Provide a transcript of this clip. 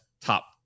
top